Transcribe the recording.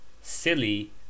silly